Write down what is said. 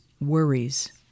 worries